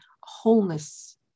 wholeness